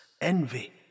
envy